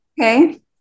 Okay